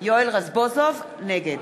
נגד